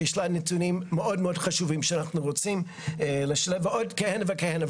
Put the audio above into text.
יש לה נתונים מאוד מאוד חשובים שאנחנו רוצים לשלב ועוד כהנה וכהנה.